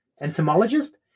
entomologist